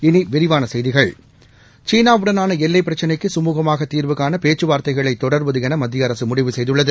இனி விரிவான செய்திகள் சீனா வுடனான எல்லைப் பிரச்சினைக்கு கமூகமாக தீாவுகாண பேச்சுவார்த்தைகளை தொடர்வது என மத்திய அரசு முடிவு செய்துள்ளது